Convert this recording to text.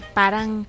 parang